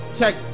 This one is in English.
Check